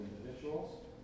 individuals